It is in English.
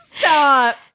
Stop